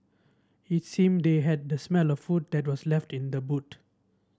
it seemed they had the smelt of food that was left in the boot